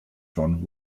john